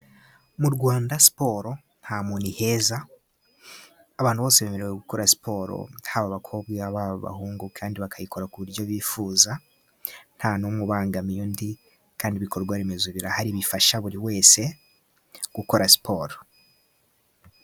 Mu rwanda siporo nta muntu iheza, abantu bose bemerewe gukora siporo haba abakobwa haba abahungu, kandi bakayikora ku buryo bifuza nta numwe ubangamiye undi, kandi ibikorwa remezo birahari bifasha buri wese gukora siporo.